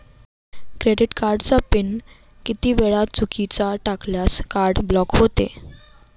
Credit कार्डचा PIN किती वेळा चुकीचा टाकल्यास कार्ड ब्लॉक होते?